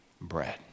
bread